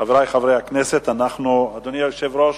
חברי חברי הכנסת, אדוני היושב-ראש,